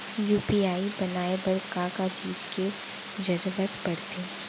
UPI बनाए बर का का चीज के जरवत पड़थे?